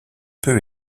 peu